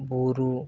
ᱵᱩᱨᱩ